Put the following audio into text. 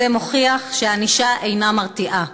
זה מוכיח שהענישה אינה מרתיעה.